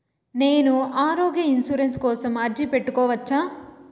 నేను ఆరోగ్య ఇన్సూరెన్సు కోసం అర్జీ పెట్టుకోవచ్చా?